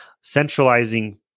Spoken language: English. Centralizing